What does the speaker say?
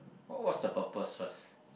what was the purpose first